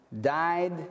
died